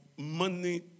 Money